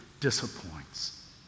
disappoints